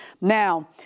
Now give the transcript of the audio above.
Now